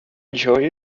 enjoy